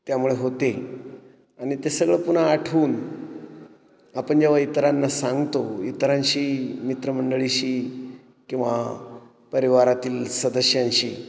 त्यामुळे होते आणि ते सगळं पुन्हा आठवून आपण जेव्हा इतरांना सांगतो इतरांशी मित्रमंडळीशी किंवा परिवारातील सदस्यांशी